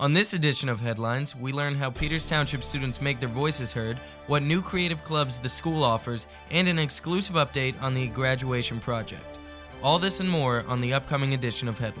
on this edition of headlines we learn how peters township students make their voices heard what new creative clubs the school offers and an exclusive update on the graduation project all this and more on the upcoming edition of